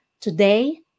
today